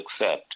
accept